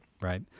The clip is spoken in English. Right